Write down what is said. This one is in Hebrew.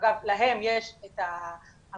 שאגב להם יש את ההמתנה,